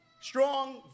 strong